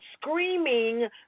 Screaming